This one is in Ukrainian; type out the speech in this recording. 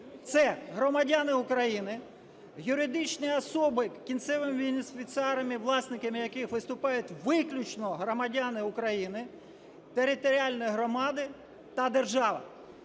Це громадяни України, юридичні особи, кінцевими бенефіціарами і власниками яких виступають виключно громадяни України, територіальні громади та держава.